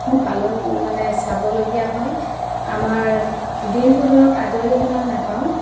পালন মানে চাবলগীয়া হয় আমাৰ দিনটো ধৰক আজৰি সিমান নাপাওঁ